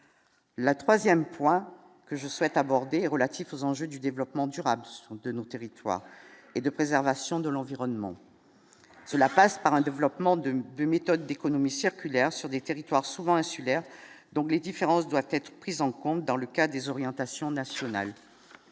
la 3ème point que je souhaite aborder relatifs aux enjeux du développement durable de nos territoires et de préservation de l'environnement, cela passe par un développement de 2 méthodes d'économie circulaire sur des territoires souvent insulaire, donc les différences doivent être prises en compte dans le cas des orientations nationales,